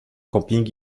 camping